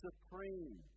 Supreme